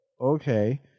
okay